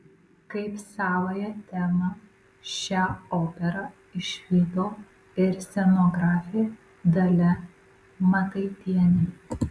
kaip savąją temą šią operą išvydo ir scenografė dalia mataitienė